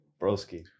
Broski